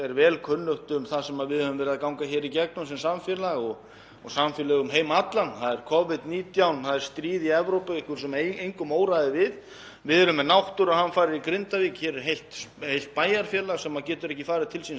við erum með náttúruhamfarir í Grindavík og íbúar heils bæjarfélags geta ekki farið til síns heima. Allt hefur þetta þau áhrif að ríkissjóður hefur þurft að, ég ætla bara að leyfa mér að segja það, dæla út fjármagni sem hefur auðvitað haft þau áhrif að verðbólga hefur hækkað.